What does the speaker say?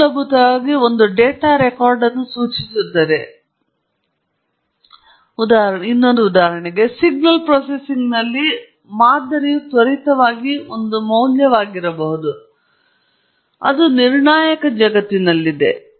ಇದು ಮೂಲಭೂತವಾಗಿ ಒಂದು ಡೇಟಾ ರೆಕಾರ್ಡ್ ಅನ್ನು ಸೂಚಿಸುತ್ತದೆ ಆದರೆ ಸಿಗ್ನಲ್ ಪ್ರೊಸೆಸಿಂಗ್ನಲ್ಲಿ ಒಂದು ಮಾದರಿಯು ತ್ವರಿತವಾಗಿ ಒಂದು ಮೌಲ್ಯವಾಗಿರಬಹುದು ಮತ್ತು ಇದು ನಿರ್ಣಾಯಕ ಜಗತ್ತಿನಲ್ಲಿದೆ